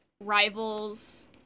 rivals